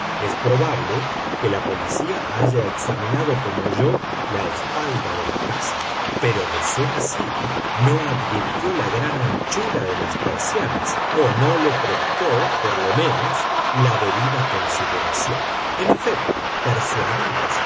es probable que la policía haya examinado como yo la espalda de la casa pero de ser así no advirtió la gran anchura de las persianas o no le prestó por lo menos la debida consideración en efecto persuadidos